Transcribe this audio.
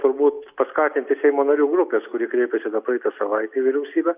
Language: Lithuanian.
turbūt paskatinti seimo narių grupės kuri kreipėsi dar praeitą savaitę į vyriausybę